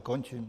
Končím.